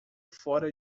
fora